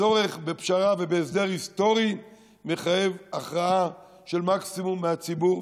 הצורך בפשרה ובהסדר היסטורי מחייב הכרעה של מקסימום מהציבור,